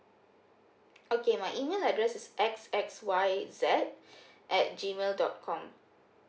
okay my email address is x x y z at G mail dot com